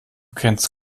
kennst